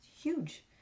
Huge